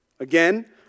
Again